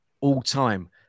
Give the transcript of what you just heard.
all-time